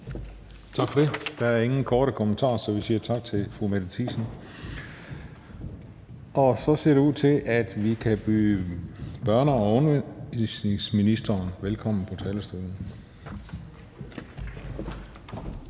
Tak for det. Der er ingen korte bemærkninger, så vi siger tak til fru Mette Thiesen. Og så ser det ud til, at vi kan byde børne- og undervisningsministeren velkommen på talerstolen.